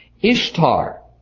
Ishtar